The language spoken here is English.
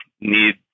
need